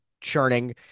churning